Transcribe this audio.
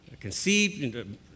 Conceived